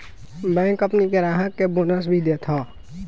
bank अपनी ग्राहक के बोनस भी देत हअ